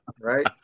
Right